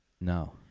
No